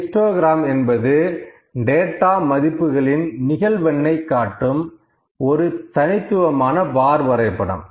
histogram என்பது data மதிப்புகளின் நிகழ்வெண்ணை காட்டும் ஒரு தனித்துவமான பார் வரைபடம்